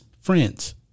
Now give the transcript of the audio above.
friends